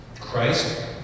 Christ